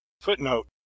footnote